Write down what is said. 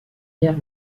guerre